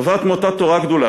נובעת מאותה תורה גדולה,